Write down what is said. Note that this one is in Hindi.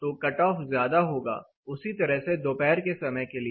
तो कटऑफ ज्यादा होगा उसी तरह से दोपहर के समय के लिए